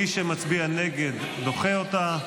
מי שמצביע נגד, דוחה אותה.